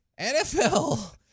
NFL